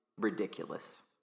ridiculous